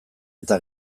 eta